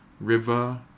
river